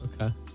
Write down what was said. Okay